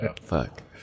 Fuck